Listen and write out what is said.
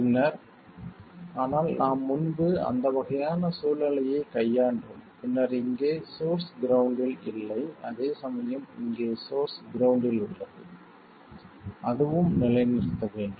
பின்னர் ஆனால் நாம் முன்பு அந்த வகையான சூழ்நிலையை கையாண்டோம் பின்னர் இங்கே சோர்ஸ் கிரவுண்ட்டில் இல்லை அதேசமயம் இங்கே சோர்ஸ் கிரவுண்ட்டில் உள்ளது அதுவும் நிலைநிறுத்த வேண்டும்